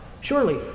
surely